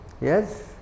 Yes